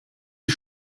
die